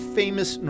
famous